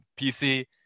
PC